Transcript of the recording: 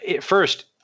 first